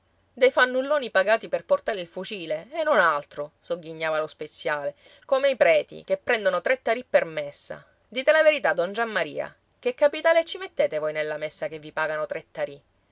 dei fannulloni pagati per portare il fucile e non altro sogghignava lo speziale come i preti che prendono tre tarì per messa dite la verità don giammaria che capitale ci mettete voi nella messa che vi pagano tre tarì